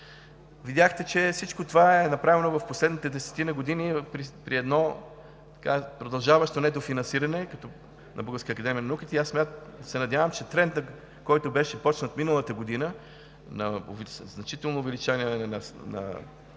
Видяхте, че всичко това е направено в последните десетина години при едно продължаващо недофинансиране на Българската академия на науките. Аз се надявам, че трендът, който беше започнат миналата година, на значително увеличение на